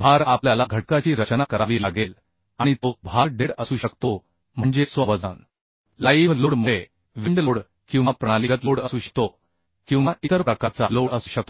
भार आपल्याला घटकाची रचना करावी लागेल आणि तो भार डेड असू शकतो म्हणजे स्व वजन लाईव्ह लोड मुळे विंड लोड किंवा प्रणालीगत लोड असू शकतो किंवा इतर प्रकारचा लोड असू शकतो